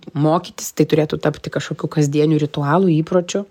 mokytis tai turėtų tapti kažkokiu kasdieniu ritualu įpročiu